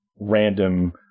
random